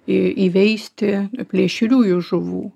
įveisti plėšriųjų žuvų